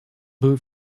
moved